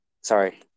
sorry